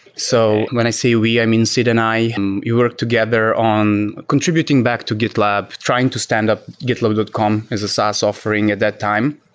so when i say we, i mean sid and i. and we worked together on contributing back to gitlab. trying to stand up gitlab dot com as a saas offering at that time,